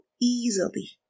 easily